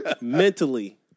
Mentally